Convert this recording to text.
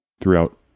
throughout